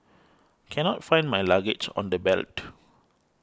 cannot find my luggage on the belt